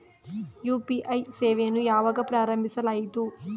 UPI ಸೇವೆಯನ್ನು ಯಾವಾಗ ಪ್ರಾರಂಭಿಸಲಾಯಿತು?